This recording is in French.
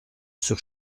sur